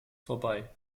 vorbei